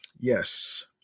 yes